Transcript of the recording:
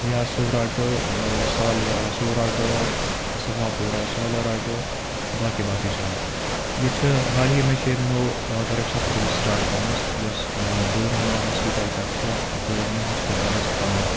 یا صورا ٹُو سالورا صووا ٹُو سفاپوٗرا سولورا ٹُو باقٕے باقٕے جایے ییٚتہِ چھِ حال ہی مےٚ چھِ ییٚتہِ نوٚو آٹو رِکشا سٔروِس سِٹاٹ گٔمٕژ یۄس دُدرہما ہاسپِٹَل پٮ۪ٹھ چھِ دٔدُرہمہ ہاسپِٹَلَس تانۍ